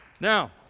Now